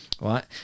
Right